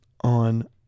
on